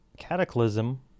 Cataclysm